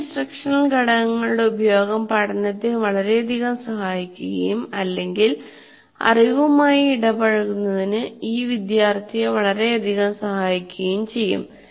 ചില ഇൻസ്ട്രക്ഷണൽ ഘടകങ്ങളുടെ ഉപയോഗം പഠനത്തെ വളരെയധികം സഹായിക്കുകയും അല്ലെങ്കിൽ അറിവുമായി ഇടപഴകുന്നതിന് ഈ വിദ്യാർത്ഥിയെ വളരെയധികം സഹായിക്കുകയും ചെയ്യും